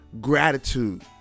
gratitude